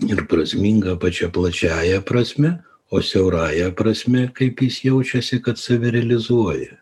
ir prasmingą pačia plačiąja prasme o siaurąja prasme kaip jis jaučiasi kad save realizuoja